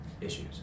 issues